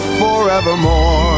forevermore